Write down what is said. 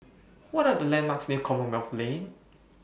What Are The landmarks near Commonwealth Lane